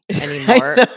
anymore